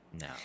No